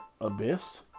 Abyss